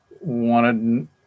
wanted